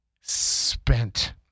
spent